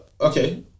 Okay